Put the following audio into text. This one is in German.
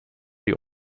die